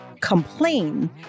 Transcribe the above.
complain